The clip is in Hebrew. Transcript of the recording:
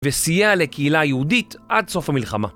וסייע לקהילה היהודית עד סוף המלחמה.